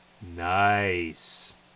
Nice